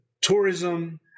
tourism